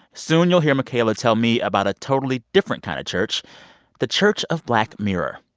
soon you'll hear michaela tell me about a totally different kind of church the church of black mirror.